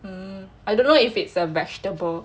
hmm I don't know if it's a vegetable